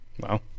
Wow